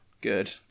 Good